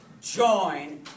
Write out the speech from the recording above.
join